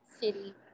city